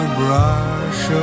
brush